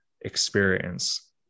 experience